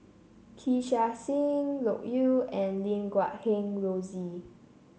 Kee Chia Hsing Loke Yew and Lim Guat Kheng Rosie